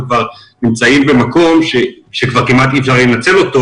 אנחנו כבר נמצאים במקום שכמעט אי אפשר לנצל אותו